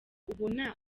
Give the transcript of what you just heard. ubona